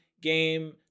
game